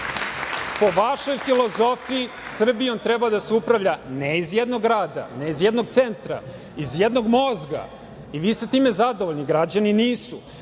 Po vašoj filozofiji Srbijom treba da se upravlja ne iz jednog grada, ne iz jednog centra, iz jednog mozga. Vi ste time zadovoljni, građani nisu.